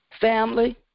Family